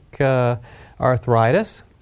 arthritis